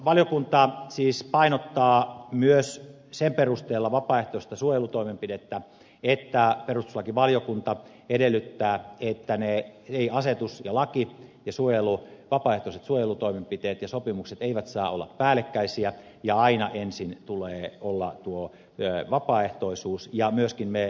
valiokunta siis painottaa vapaaehtoista suojelutoimenpidettä myös sen perusteella että perustuslakivaliokunta edellyttää että laki asetus vapaaehtoiset suojelutoimenpiteet ja sopimukset eivät saa olla päällekkäisiä ja aina ensin tulee olla tuon vapaaehtoisuuden